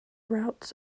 routes